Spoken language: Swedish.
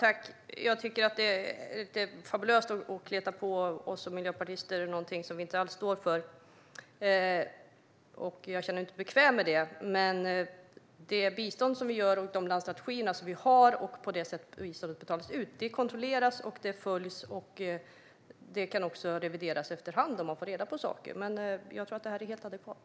Herr talman! Det är fabulöst att kleta på oss miljöpartister något vi inte alls står för, och jag känner mig inte bekväm med det. Det bistånd vi ger enligt de landstrategier vi har kontrolleras och följs upp. Det kan också revideras efter hand om man får reda på saker. Jag tror dock att detta är helt adekvat.